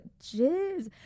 jizz